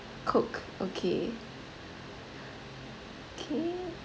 coke okay okay